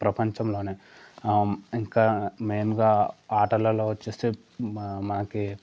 ప్రపంచంలోనే ఇంకా మెయిన్గా ఆటలలో వచ్చేసి మా మకి